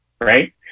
right